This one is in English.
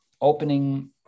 opening